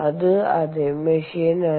അത് അതെ മെഷീൻനാണ്